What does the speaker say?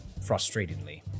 frustratingly